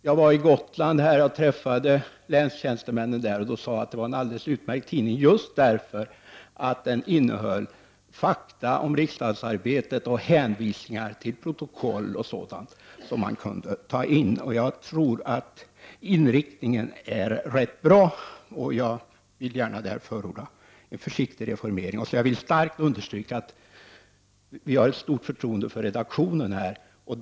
Vid utskottets studiebesök helt nyligen på Gotland träffade jag länstjänstemännen som sade att tidningen var alldeles utmärkt just därför att den innehöll fakta om riksdagsarbetet och hänvisningar till protokoll och sådant. Även jag tror att inriktningen är rätt bra och vill därför förorda en försiktig reformering. Jag vill starkt understryka att vi har ett stort förtroende för redaktionen.